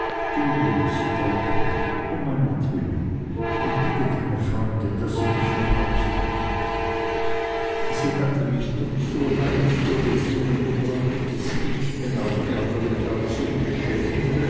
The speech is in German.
geh jetzt trotwood um meinetwillen und bitte deine freunde daß sie dich nach hause bringen sie hatte mich doch so weit zur besinnung gebracht daß ich wenn auch ärgerlich auf sie mich schämte